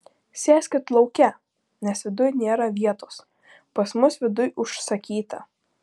sėskit lauke nes viduj nėra vietos pas mus viduj užsakyta